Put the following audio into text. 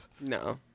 No